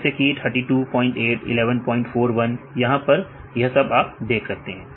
जैसे कि 328 1141 यहां पर आप यह सब देख सकते हैं